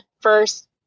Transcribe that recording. First